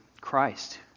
Christ